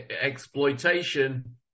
exploitation